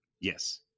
Yes